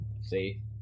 see